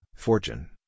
fortune